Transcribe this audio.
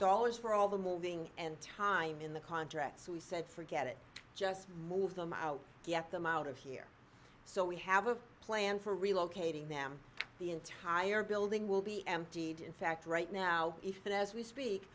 dollars for all the moving and time in the contract so we said forget it just move them out get them out of here so we have a plan for relocating them the entire building will be emptied in fact right now if that as we speak